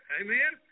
amen